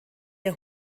der